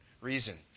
reason